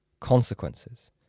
Consequences